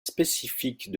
spécifiques